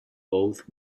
both